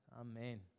amen